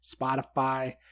Spotify